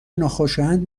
ناخوشایند